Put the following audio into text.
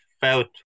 felt